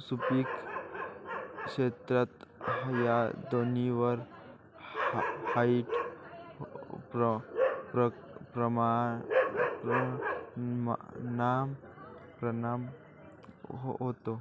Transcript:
सुपीक क्षमता या दोन्हींवर वाईट परिणाम होतो